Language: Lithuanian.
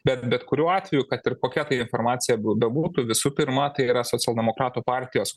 bet bet kuriuo atveju kad ir kokia ta informacija bu bebūtų visų pirma tai yra socialdemokratų partijos